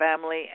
family